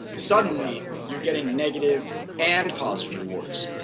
suddenly you are getting negative and positive rewards.